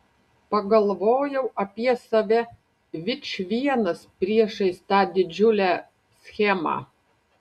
pagalvojau apie save vičvienas priešais tą didžiulę schemą